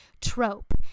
trope